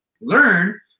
learn